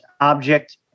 object